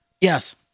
Yes